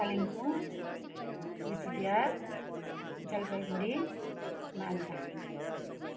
Kalimpong Cooch Behar Jalpaiguri Malda